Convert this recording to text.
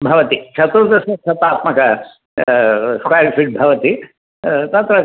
भवति चतुर्दशशतात्मक square feet भवति तत्र